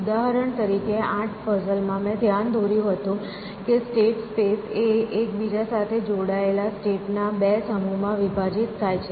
ઉદાહરણ તરીકે 8 પઝલ માં મેં ધ્યાન દોર્યું હતું કે સ્ટેટ સ્પેસ એ એકબીજા સાથે જોડાયેલા સ્ટેટ ના બે સમૂહમાં વિભાજિત થાય છે